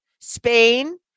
Spain